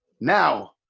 Now